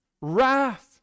Wrath